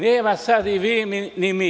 Nema sada – vi ili mi.